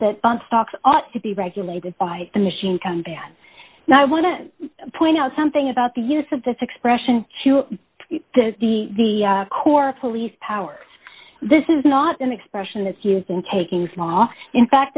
that bonds stocks ought to be regulated by the machine come back now i want to point out something about the use of that expression to be the core police power this is not an expression that's used in taking small in fact